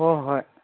ꯍꯣꯏ ꯍꯣꯏ